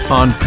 on